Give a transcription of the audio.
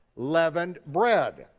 leavened bread.